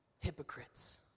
hypocrites